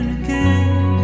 again